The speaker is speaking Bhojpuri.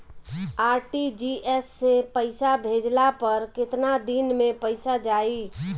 आर.टी.जी.एस से पईसा भेजला पर केतना दिन मे पईसा जाई?